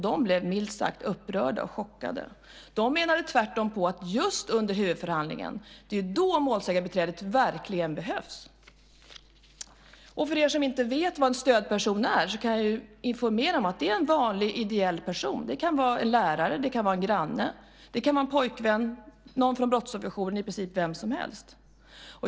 De blev, milt sagt, upprörda och chockade. De menade tvärtom att det är just under huvudförhandlingen som målsägarbiträdet verkligen behövs. För er som inte vet vad en stödperson är kan jag informera om att det är en vanlig person som arbetar ideellt. Det kan vara en lärare, en granne, en pojkvän, någon från brottsofferjouren eller i princip vem som helst.